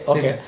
Okay